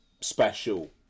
special